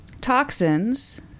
toxins